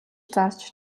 зарж